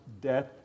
death